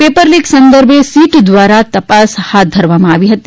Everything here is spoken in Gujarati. પેપર લીક સંદર્ભે સીટ દ્રારા તપાસ હાથ ધરવામાં આવી હતી